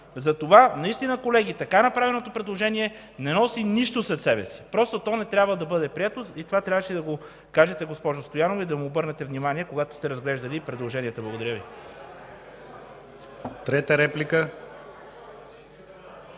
Затова наистина, колеги, така направеното предложение не носи нищо със себе си. Просто то не трябва да бъде прието и това трябваше да го кажете, госпожо Стоянова, и да им обърнете внимание, когато сте разглеждали предложенията. Благодаря Ви. ПРЕДСЕДАТЕЛ